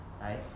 right